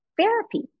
therapy